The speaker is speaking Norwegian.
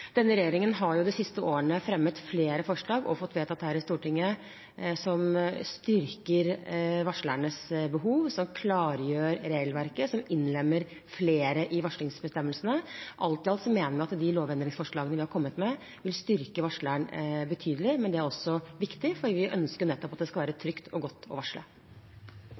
Denne regjeringen har de siste årene fremmet flere forslag – og fått vedtatt dem her i Stortinget – som styrker varslernes behov, som klargjør regelverket, og som innlemmer flere i varslingsbestemmelsene. Alt i alt mener vi at de lovendringsforslagene vi har kommet med, vil styrke varsleren betydelig, men det er også viktig, for vi ønsker nettopp at det skal være trygt og godt å varsle.